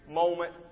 moment